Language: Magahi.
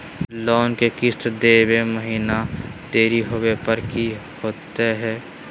लोन के किस्त देवे महिना देरी होवे पर की होतही हे?